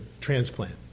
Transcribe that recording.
transplant